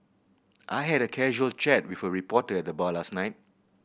I had a casual chat with a reporter at the bar last night